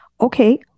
Okay